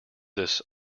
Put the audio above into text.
this